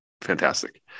fantastic